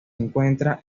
encuentra